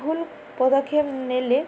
ଭୁଲ୍ ପଦକ୍ଷେପ ନେଲେ